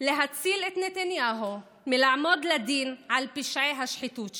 להציל את נתניהו מלעמוד לדין על פשעי השחיתות שלו.